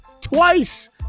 twice